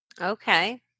okay